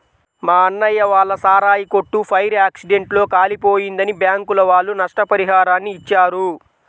మా అన్నయ్య వాళ్ళ సారాయి కొట్టు ఫైర్ యాక్సిడెంట్ లో కాలిపోయిందని బ్యాంకుల వాళ్ళు నష్టపరిహారాన్ని ఇచ్చారు